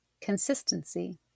consistency